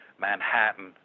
Manhattan